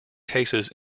cases